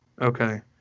okay